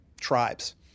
tribes